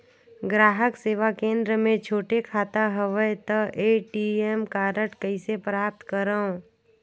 ग्राहक सेवा केंद्र मे छोटे खाता हवय त ए.टी.एम कारड कइसे प्राप्त करव?